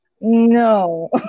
no